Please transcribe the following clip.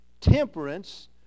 temperance